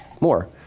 More